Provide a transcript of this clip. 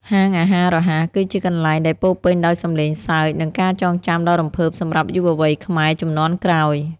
ហាងអាហាររហ័សគឺជាកន្លែងដែលពោរពេញដោយសំឡេងសើច និងការចងចាំដ៏រំភើបសម្រាប់យុវវ័យខ្មែរជំនាន់ក្រោយ។